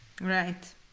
Right